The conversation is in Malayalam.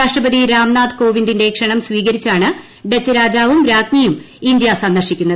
രാഷ്ട്രപതി രാംനാഥ് കോവിന്ദിന്റെ ക്ഷണം സ്വീകരിച്ചാണ് ഡച്ച് രാജാവും രാജ്ഞിയും ഇന്ത്യ സന്ദർശിക്കുന്നത്